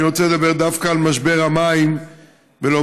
אני רוצה לדבר דווקא על משבר המים ולומר